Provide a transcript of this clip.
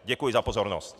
Děkuji za pozornost.